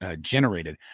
generated